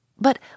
but